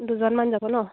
দুজনমান যাব ন